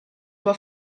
tua